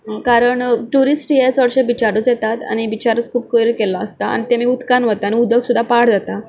कारण ट्युरिस्ट हे चडशे बिचारच येतात आनी बिचारूच खूब कोयर केल्लो आसता आनी तेमी उदकांत वताना उदक सुद्दां पाड जाता